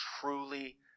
truly